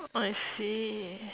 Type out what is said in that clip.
I see